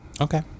Okay